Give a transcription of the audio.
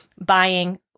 buying